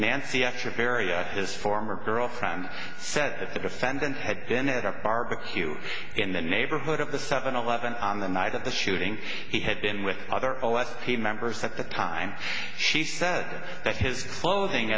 nancy after varia his former girlfriend said that the defendant had been at a barbecue in the neighborhood of the seven eleven on the night of the shooting he had been with other ls he members at the time she said that his clothing